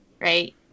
right